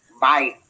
Bye